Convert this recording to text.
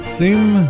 Theme